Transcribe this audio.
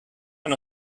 and